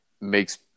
makes